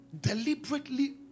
Deliberately